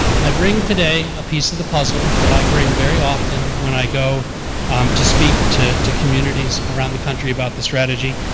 i bring today a piece of the puzzle that i bring very often when i go to speak to to communities around the country about the strategy.